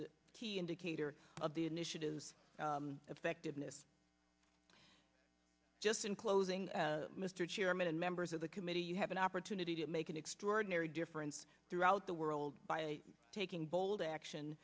a key indicator of the initiative effectiveness just in closing mr chairman and members of the committee you have an opportunity to make an extraordinary difference throughout the world by taking bold action